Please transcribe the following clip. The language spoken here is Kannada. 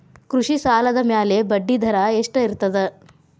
ಕೃಷಿ ಸಾಲದ ಮ್ಯಾಲೆ ಬಡ್ಡಿದರಾ ಎಷ್ಟ ಇರ್ತದ?